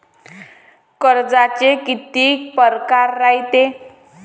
कर्जाचे कितीक परकार रायते?